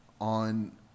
on